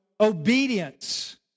obedience